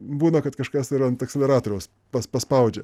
būna kad kažkas ir ant akceleratoriaus pas paspaudžia